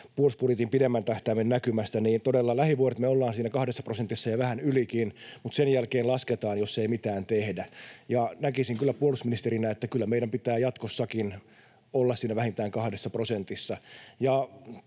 puolustusbudjetin pidemmän tähtäimen näkymästä: Todella lähivuodet me ollaan siinä kahdessa prosentissa ja vähän ylikin, mutta sen jälkeen lasketaan, jos ei mitään tehdä, ja näkisin kyllä puolustusministerinä, että kyllä meidän pitää jatkossakin olla siinä vähintään kahdessa prosentissa.